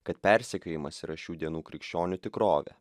kad persekiojimas yra šių dienų krikščionių tikrovė